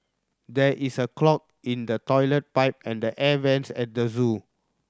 there is a clog in the toilet pipe and the air vents at the zoo